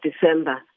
December